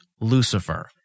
Lucifer